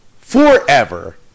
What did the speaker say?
forever